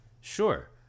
Sure